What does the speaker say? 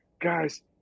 guys